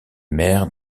mère